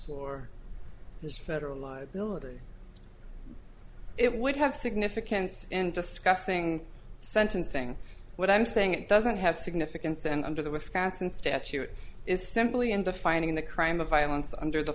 for this federal law military it would have significance and discussing sentencing what i'm saying it doesn't have significance and under the wisconsin statute is simply in defining the crime of violence under the